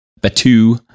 batu